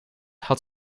had